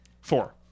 four